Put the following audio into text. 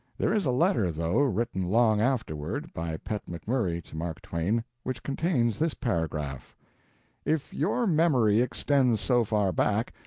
there is a letter, though, written long afterward, by pet mcmurry to mark twain, which contains this paragraph if your memory extends so far back,